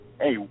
hey